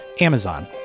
Amazon